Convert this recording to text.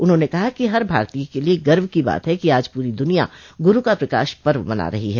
उन्होंने कहा कि हर भारतीय के लिए गर्व की बात है कि आज पूरी दुनिया गुरू का प्रकाश पर्व मना रहा है